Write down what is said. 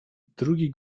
drugi